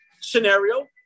scenario